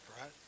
right